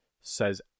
says